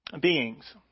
beings